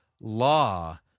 law